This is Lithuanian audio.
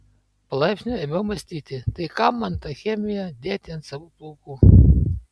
palaipsniui ėmiau mąstyti tai kam man tą chemiją dėti ant savų plaukų